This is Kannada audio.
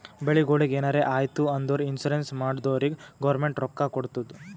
ಬೆಳಿಗೊಳಿಗ್ ಎನಾರೇ ಆಯ್ತು ಅಂದುರ್ ಇನ್ಸೂರೆನ್ಸ್ ಮಾಡ್ದೊರಿಗ್ ಗೌರ್ಮೆಂಟ್ ರೊಕ್ಕಾ ಕೊಡ್ತುದ್